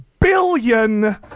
billion